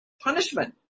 punishment